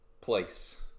place